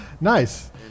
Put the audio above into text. Nice